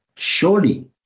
Surely